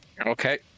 Okay